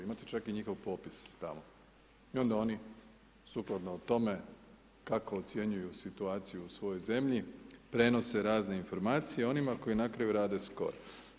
Imate čak i njihov popis tamo i onda oni sukladno o tome kako ocjenjuju situaciju u svojoj zemlji prenose razne informacije onima koji na kraju rade score.